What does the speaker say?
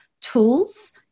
tools